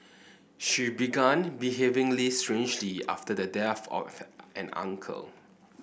she began behaving strangely after the death of an uncle